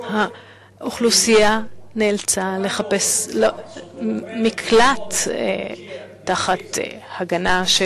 האוכלוסייה נאלצה לחפש מקלט תחת הגנה של